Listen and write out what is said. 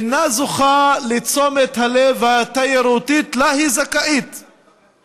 אינה זוכה לתשומת הלב התיירותית שהיא זכאית לה?